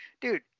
dude